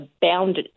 bound